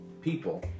people